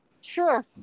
Sure